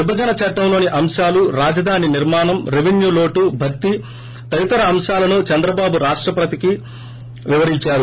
విభజన చట్లంలోని అంశాలు రాజధాని నిర్మాణం రెవెన్యూ లోటు భర్తీ తదితర అంశాలను చంద్రబాబు రాష్టపతికి వివరించారు